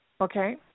Okay